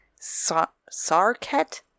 Sarket